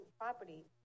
property